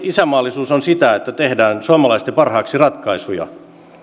isänmaallisuus on sitä että tehdään suomalaisten parhaaksi ratkaisuja